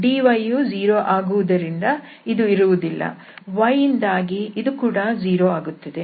dy ಯು 0 ಆಗುವುದರಿಂದ ಇದು ಇರುವುದಿಲ್ಲ y ಯಿಂದಾಗಿ ಇದು ಕೂಡ 0 ಆಗುತ್ತದೆ